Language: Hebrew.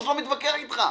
לא מתווכח איתך.